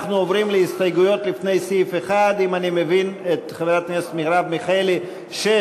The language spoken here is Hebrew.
11. עד להסתייגות, לא, סליחה.